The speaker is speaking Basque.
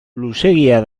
luzeegia